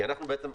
כי אנחנו בעצם,